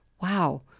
wow